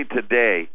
Today